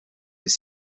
est